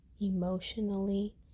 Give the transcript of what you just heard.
emotionally